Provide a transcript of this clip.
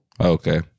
Okay